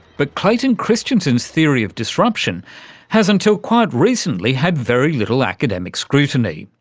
but clayton christensen's theory of disruption has until quite recently had very little academic scrutiny.